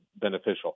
beneficial